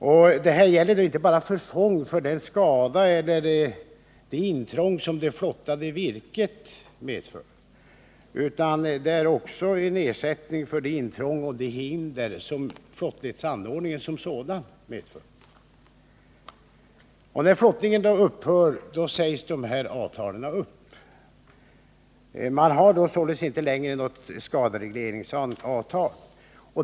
Det gäller här inte bara ersättning för förfång eller för den skada eller det intrång som det flottade virket medfört, utan också ersättning för det intrång och det hinder som flottledsanordningen som sådan medför. När flottningen upphör sägs avtalen upp. Det finns således då inte längre något skaderegleringsavtal.